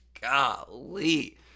golly